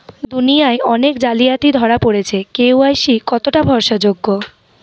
দুনিয়ায় অনেক জালিয়াতি ধরা পরেছে কে.ওয়াই.সি কতোটা ভরসা যোগ্য?